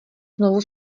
znovu